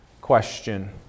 question